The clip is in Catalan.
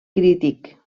crític